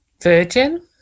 Virgin